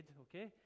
okay